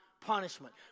punishment